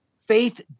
Faith